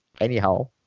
Anyhow